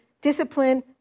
discipline